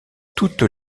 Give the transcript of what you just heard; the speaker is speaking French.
toutes